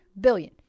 billion